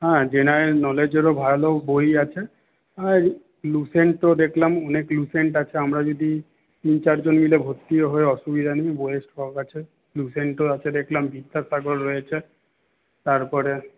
হ্যাঁ জেনারেল নলেজেরও ভালো বই আছে আর লুসেন্ট তো দেখলাম অনেক লুসেন্ট আছে আমরা যদি তিন চার জন মিলে ভর্তিও হই অসুবিধা নেই বইয়ের স্টক আছে লুসেন্টও আছে দেখলাম বিদ্যাসাগর রয়েছে তারপরে